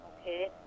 okay